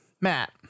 Matt